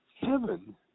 Heaven